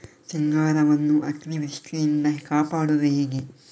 ಸಿಂಗಾರವನ್ನು ಅತೀವೃಷ್ಟಿಯಿಂದ ಕಾಪಾಡುವುದು ಹೇಗೆ?